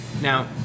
Now